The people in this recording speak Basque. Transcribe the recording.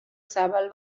zabal